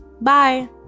Bye